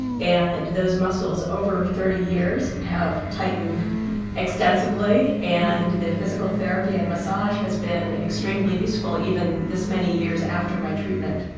and those muscles, over thirty years, have tightened extensively, and the physical therapy and massage has been extremely useful even this many years after my treatment,